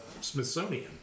Smithsonian